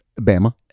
Bama